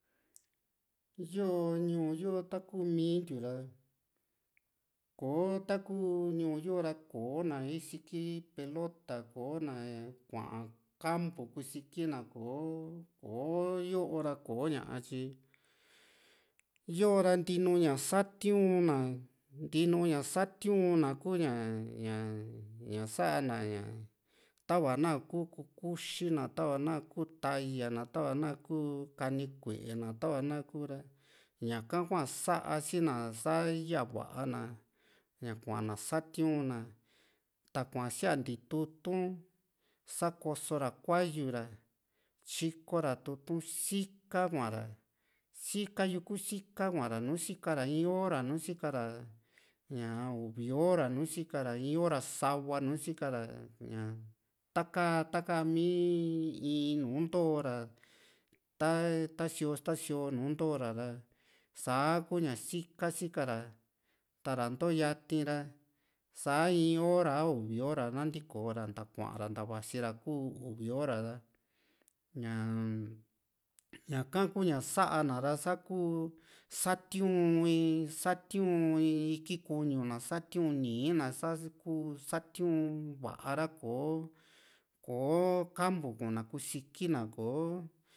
yo´o ñuu yo´o takumintiu ra kò´o taku ñuu yo´ra kona isiki pelota sa´a koso ra kuayu ra tyiiko ra tutu´n sika kuara sika yuku sika kuara nùù sika ra in hora nu sika ra nu sika ra ñaa uvi hora nu sika ra in hora sa´va nu sikara ña taka taka mii in nùù into ra ta sio ta sio nùù ntoora ra sa´a kuña si´ka sika´ra ta´ra ntoo yati ra sa in hora a uvi hora nanintikora kuara nta vasi ra kuu uvi hora ñaa-m ñaka ku´ña sa´a na ra sakuu satiu´n satiu´n iki kuñu na satiu´n nii na saku satiu´n va´a ra kò´o kò´o campo kuna kusiki na kò´o